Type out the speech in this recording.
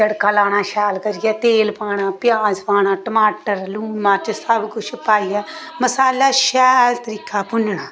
तड़का लाना शैल करियै तेल पाना प्याज पाना टमाटर लून मर्च सब किश पाइयै मसाला शैल तिक्खा भुन्नना